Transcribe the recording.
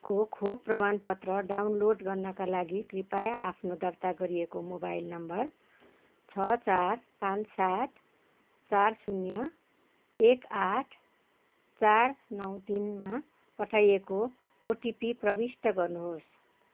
को खोप प्रमाण पत्र डाउनलोड गर्नाका लागि कृपया आफ्नो दर्ता गरिएको मोबाइल नम्बर छ चार पाँच सात शून्य एक आठ चार नौ तिनमा पठाइएको ओटिपी प्रविष्ट गर्नु होस्